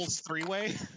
three-way